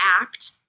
act